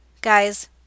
guys